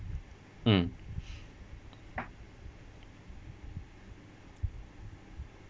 mm